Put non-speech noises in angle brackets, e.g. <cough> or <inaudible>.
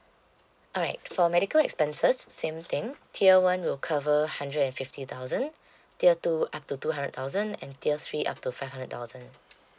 alright for medical expenses same thing tier one will cover hundred and fifty thousand <breath> tier up to two hundred thousand and tier three up to five hundred thousand